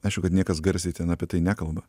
aišku kad niekas garsiai ten apie tai nekalba